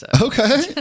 Okay